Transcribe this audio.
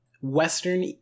western